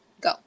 Go